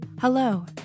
Hello